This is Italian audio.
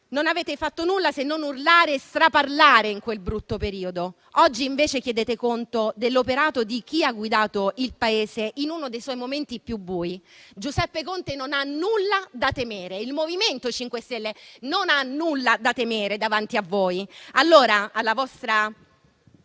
non avete fatto nulla, se non urlare e straparlare in quel brutto periodo. Oggi invece chiedete conto dell'operato di chi ha guidato il Paese in uno dei suoi momenti più bui. Giuseppe Conte non ha nulla da temere; il MoVimento 5 Stelle non ha nulla da temere davanti a voi. A quei tempi la vostra